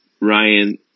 Ryan